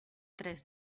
tres